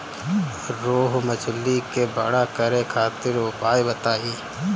रोहु मछली के बड़ा करे खातिर उपाय बताईं?